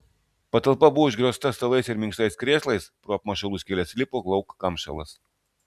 patalpa buvo užgriozta stalais ir minkštais krėslais pro apmušalų skyles lipo lauk kamšalas